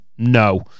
no